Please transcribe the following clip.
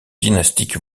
dynastique